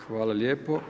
Hvala lijepo.